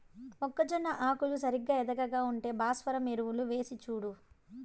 మొక్కజొన్న ఆకులు సరిగా ఎదగక ఉంటే భాస్వరం ఎరువులు వేసిచూడు